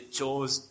chose